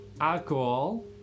alcohol